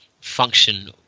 function